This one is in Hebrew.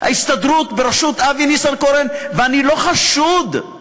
ההסתדרות בראשות אבי ניסנקורן, ואני לא חשוד,